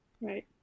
Right